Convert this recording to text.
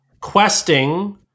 questing